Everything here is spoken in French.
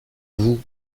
vous